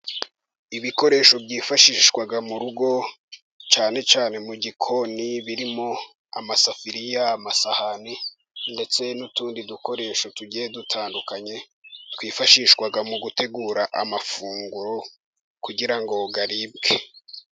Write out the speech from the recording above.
Ibikoresho byifashishwa mu rugo cyane cyane mu gikoni, birimo amasafuriya, amasahani ndetse n'utundi dukoresho tugiye dutandukanye, twifashishwa mu gutegura amafunguro kugira ngo aribwe.